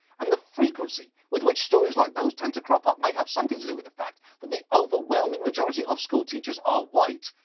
and the frequency to which stories like those tend to crop up, may have something to do with the fact that the overwhelming majority of schoolteachers are white,